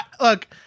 look